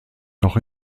noch